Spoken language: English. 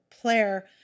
player